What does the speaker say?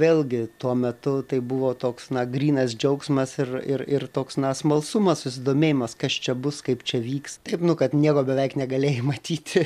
vėlgi tuo metu tai buvo toks na grynas džiaugsmas ir ir ir toks na smalsumas susidomėjimas kas čia bus kaip čia vyks taip nu kad nieko beveik negalėjai matyti